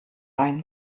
einen